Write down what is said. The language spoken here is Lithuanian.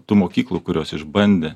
tų mokyklų kurios išbandė